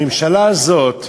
הממשלה הזאת,